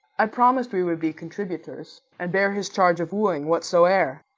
i promis'd we would be contributors, and bear his charge of wooing, whatsoe'er.